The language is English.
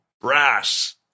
brass